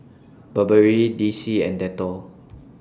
Burberry D C and Dettol